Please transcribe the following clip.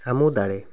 ᱥᱟᱢᱩᱫᱟᱭ